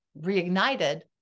reignited